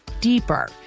deeper